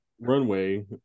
runway